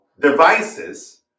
devices